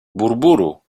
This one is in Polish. buruburu